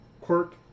quirk